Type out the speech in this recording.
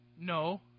no